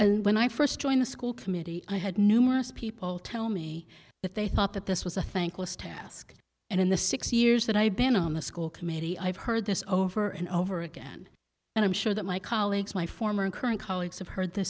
and when i first joined the school committee i had numerous people tell me that they thought that this was a thankless task and in the six years that i've been on the school committee i've heard this over and over again and i'm sure that my colleagues my former and current colleagues have heard the